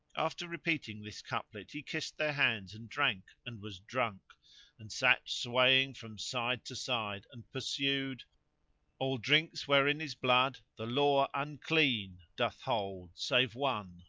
after repeating this couplet he kissed their hands and drank and was drunk and sat swaying from side to side and pursued all drinks wherein is blood the law unclean doth hold save one,